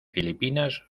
filipinas